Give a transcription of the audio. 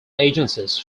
agencies